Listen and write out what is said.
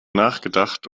nachgedacht